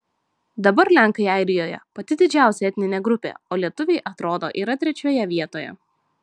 dabar lenkai airijoje pati didžiausia etninė grupė o lietuviai atrodo yra trečioje vietoje